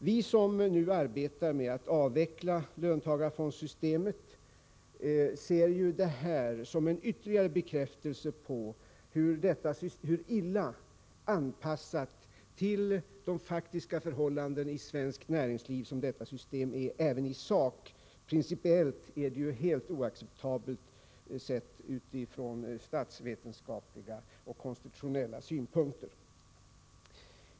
Vi som nu arbetar med att avveckla löntagarfondsysstemet ser det här som en ytterligare bekräftelse på hur illa anpassat detta system är till de faktiska förhållandena i svenskt näringsliv även i sak — principiellt är det helt oacceptabelt, sett utifrån statsvetenskapliga och konstitutionella synpunkter.